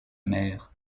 mer